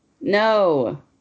No